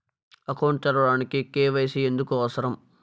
Account తెరవడానికి, KYC ఎందుకు అవసరం?